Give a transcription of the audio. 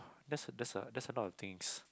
that's a that's a that's a lot of things